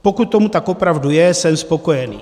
Pokud tomu tak opravdu je, jsem spokojený.